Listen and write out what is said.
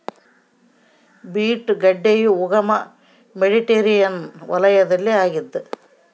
beet ಗಡ್ಡೆಯ ಉಗಮ Mediterranean ವಲಯದಲ್ಲಿ ಆಗ್ಯಾದ